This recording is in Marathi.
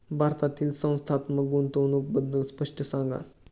भारतातील संस्थात्मक गुंतवणूक बद्दल स्पष्ट सांगा